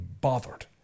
bothered